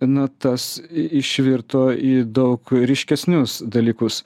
nu tas išvirto į daug ryškesnius dalykus